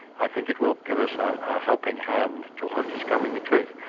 i think it will give us a helping hand towards discovering the truth,